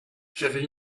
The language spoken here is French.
j’avais